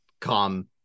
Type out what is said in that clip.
come –